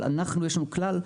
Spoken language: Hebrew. אבל יש לנו כלל,